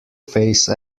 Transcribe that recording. face